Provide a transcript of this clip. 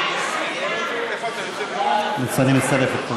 ראש הממשלה נתקבלה.